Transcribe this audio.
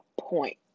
point